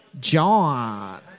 John